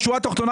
בשורה התחתונה,